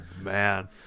man